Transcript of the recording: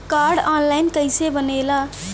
Card online कइसे बनेला?